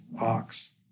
ox